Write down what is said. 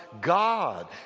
God